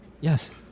Yes